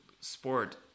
sport